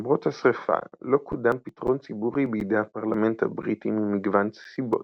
למרות השריפה לא קודם פתרון ציבורי בידי הפרלמנט הבריטי ממגוון סיבות,